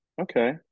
okay